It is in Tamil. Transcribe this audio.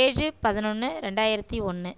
ஏழு பதினொன்று ரெண்டாயிரத்தி ஒன்று